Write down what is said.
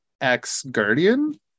ex-guardian